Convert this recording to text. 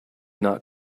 not